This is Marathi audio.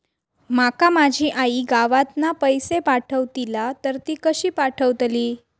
माका माझी आई गावातना पैसे पाठवतीला तर ती कशी पाठवतली?